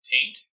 Taint